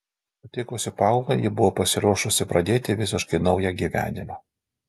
sutikusi paulą ji buvo pasiruošusi pradėti visiškai naują gyvenimą